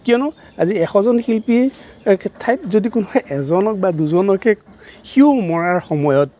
কিয়নো আজি এশজন শিল্পীৰ ঠাইত যদি কোনোবা এজনক বা দুজনকেই সিও মৰাৰ সময়ত